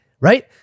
right